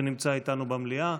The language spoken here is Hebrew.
שנמצא איתנו במליאה.